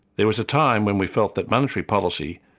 there was a time when we felt that monetary policy,